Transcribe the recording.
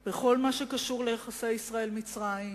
היום, בכל מה שקשור ליחסי ישראל-מצרים,